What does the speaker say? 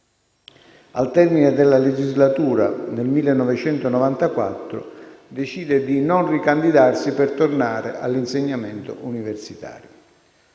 Al termine della legislatura, nel 1994 decide di non ricandidarsi per tornare all'insegnamento universitario.